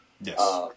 Yes